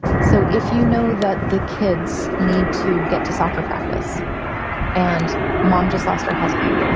so if you know that the kids need to get to soccer practice and mom just lost her husband,